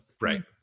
right